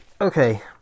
Okay